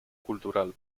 cultural